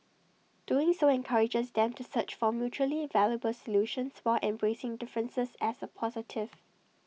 doing so encourages them to search for mutually valuable solutions while embracing differences as A positive